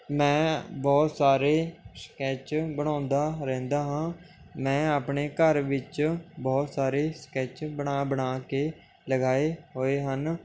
ਮੈਂ ਬਹੁਤ ਸਾਰੇ ਸਕੈਚ ਬਣਾਉਂਦਾ ਰਹਿੰਦਾ ਹਾਂ ਮੈਂ ਆਪਣੇ ਘਰ ਵਿੱਚ ਬਹੁਤ ਸਾਰੇ ਸਕੈਚ ਬਣਾ ਬਣਾ ਕੇ ਲਗਾਏ ਹੋਏ ਹਨ